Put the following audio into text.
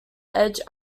edge